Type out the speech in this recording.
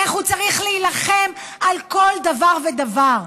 איך הוא צריך להילחם על כל דבר ודבר.